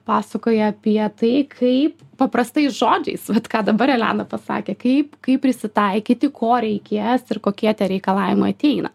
pasakoja apie tai kaip paprastais žodžiais vat ką dabar elena pasakė kaip kaip prisitaikyti ko reikės ir kokie tie reikalavimai ateina